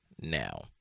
now